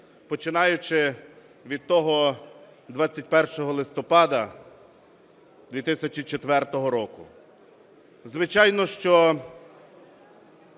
починаючи від того 21 листопада 2004 року. Звичайно, що